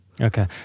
Okay